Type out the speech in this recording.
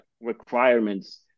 requirements